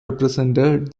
represented